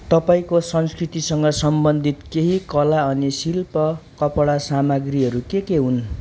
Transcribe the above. तपाईँको संस्कृतिसँग सम्बन्धित केही कला अनि शिल्प कपडा सामग्रीहरू के के हुन्